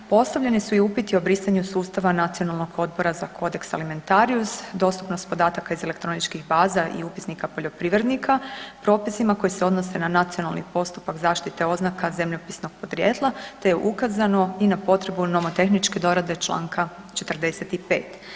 Postavljeni su i upiti o brisanju sustava nacionalnog odbora za Codex Alimentarius, dostupnost podataka iz elektroničkih baza i upisnika poljoprivrednika, propisima koji se odnose na nacionalni postupak zaštite oznaka zemljopisnog podrijetla te je ukazano i na potrebu nomotehničke dorade čl. 45.